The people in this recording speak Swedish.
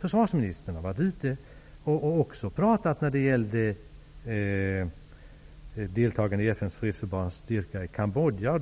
Försvarsministern har också varit ute och talat om ett deltagande i FN:s fredsbevarande styrka i Cambodja.